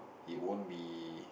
it won't be